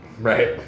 Right